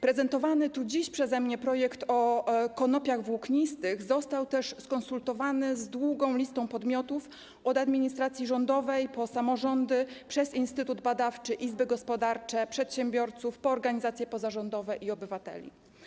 Prezentowany dziś przeze mnie projekt ustawy o konopiach włóknistych został skonsultowany z długą listą podmiotów, od administracji rządowej i samorządowej poczynając, przez instytut badawczy, izby gospodarcze, przedsiębiorców, po organizacje pozarządowe i obywateli.